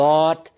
Lord